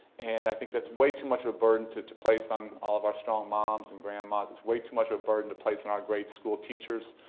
and i think that's way too much of a burden to to place on all of our strong moms and grandmas. it's way too much of a burden to place on our great school teachers.